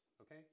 okay